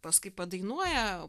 paskui padainuoja